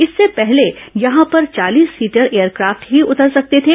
इससे पहले यहां पर चालीस सीटर एयरक्रॉफ्ट ही उतर सकते थे